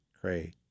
cray